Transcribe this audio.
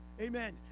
Amen